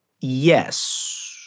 yes